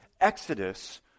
Exodus